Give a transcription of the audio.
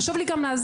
חשוב לי גם להגיד,